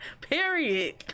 Period